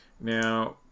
now